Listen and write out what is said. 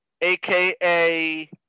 aka